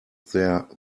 their